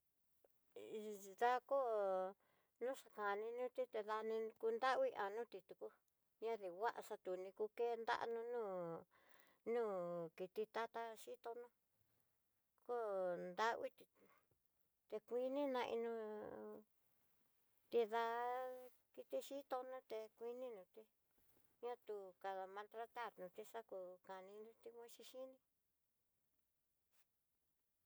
Hé xhixi xá koo luxhi ká ninuté ti daní, ruku nradi anoti tuko, ña diva xatú ni ku kan nraró nó nó kiti tatá xhito no kó narviti tikuini nanó'o, nrida kiti xhitó noté kuino nruté atió kala maltratar no ti xaku kanii nrita ngua xixiní.